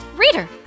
Reader